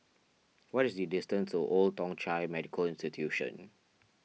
what is the distance to Old Thong Chai Medical Institution